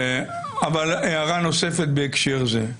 הערה נוספת בהקשר לזה.